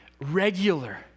regular